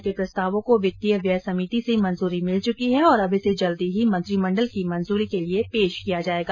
योजना के प्रस्तावों को वित्तीय व्यय समिति से मंजूरी मिल चुकी है और अब इसे जल्द ही मंत्रिमंडल की स्वीकृति के लिए पेश किया जायेगा